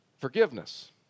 Forgiveness